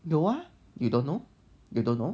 有啊 you don't know you don't know